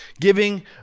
Giving